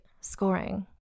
scoring